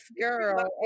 girl